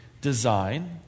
design